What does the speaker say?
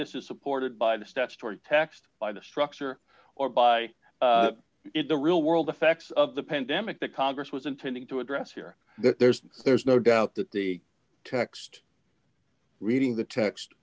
this is supported by the statutory text by the structure or by in the real world effects of the pen damage that congress was intending to address here there's there's no doubt that the text reading the text